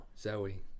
Zoe